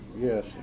Yes